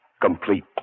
complete